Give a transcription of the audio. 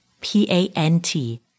P-A-N-T